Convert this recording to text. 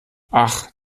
ach